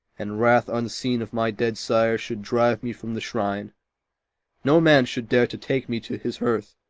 and wrath unseen of my dead sire should drive me from the shrine no man should dare to take me to his hearth,